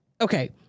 okay